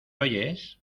oyes